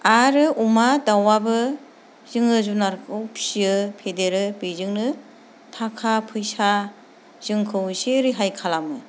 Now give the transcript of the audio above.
आरो अमा दाउआबो जोङो जुनादखौ फिसियो फेदेरो बेजोंनो थाखा फैसा जोंखौ एसे रेहाय खालामो